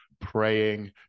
praying